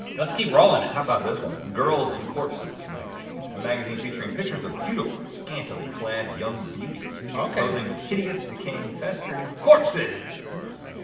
let's keep rollin' it! how about this one? girls and corpses magazine a magazine featuring pictures of beautiful, scantily-clad young beauties. okay. posing with hideous, decaying, festering corpses!